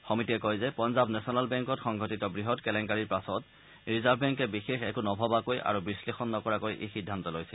সমিতিয়ে কয় যে পঞ্জাব নেচনেল বেংকত সংঘটিত বৃহৎ কেলেংকাৰীৰ পাছত ৰিজাৰ্ভ বেংকে বিশেষ একো নভবাকৈ আৰু বিশ্লেষণ নকৰাকৈ এই সিদ্ধান্ত লৈছিল